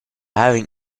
having